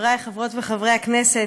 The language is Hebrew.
חבריי חברות וחברי הכנסת,